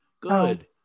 Good